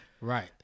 Right